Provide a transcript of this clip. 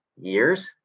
years